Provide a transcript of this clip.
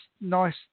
nice